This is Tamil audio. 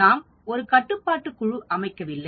நாம் ஒரு கட்டுப்பாட்டு குழு அமைக்கவில்லை